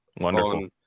Wonderful